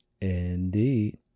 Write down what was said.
Indeed